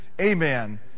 Amen